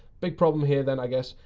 big problem here then, i guess.